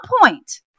point